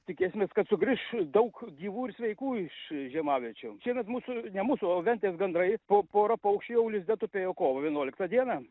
tikėsimės kad sugrįš daug gyvų ir sveikų iš žiemaviečių šiemet mūsų ne mūsų o ventės gandrai po porą paukščių jau lizde tupėjo kovo vienuoliktą dieną